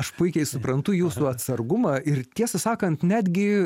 aš puikiai suprantu jūsų atsargumą ir tiesą sakant netgi